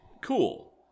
cool